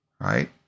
right